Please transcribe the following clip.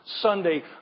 Sunday